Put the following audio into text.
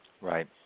right